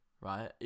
right